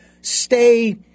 stay